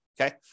okay